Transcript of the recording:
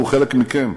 אנחנו חלק מכם.